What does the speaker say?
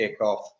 kickoff